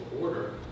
order